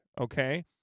okay